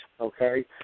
Okay